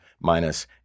minus